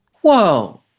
Whoa